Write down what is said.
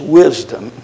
wisdom